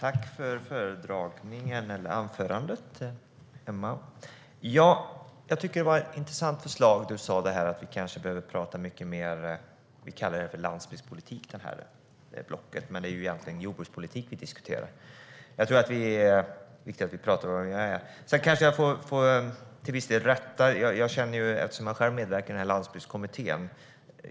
Herr talman! Tack för anförandet, Emma! Jag tycker att det var ett intressant förslag du nämnde, att vi behöver prata mycket mer landsbygdspolitik, som vi kallar det här blocket. Egentligen är det jordbrukspolitik vi diskuterar. Det är viktigt att vi pratar om det. Sedan kanske jag till viss del får rätta, eftersom jag själv medverkar i Landsbygdskommittén.